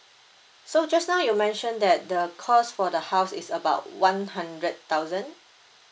so just now you mentioned that the cost for the house is about one hundred thousand